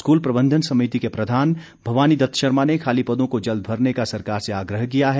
school प्रबंधन समिति के प्रधान भवानी दत्त शर्मा ने खाली पदों को जल्द भरने का सरकार से आग्रह किया है